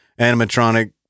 animatronic